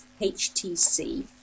HTC